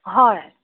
হয়